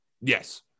Yes